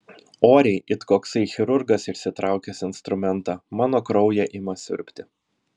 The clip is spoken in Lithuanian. oriai it koksai chirurgas išsitraukęs instrumentą mano kraują ima siurbti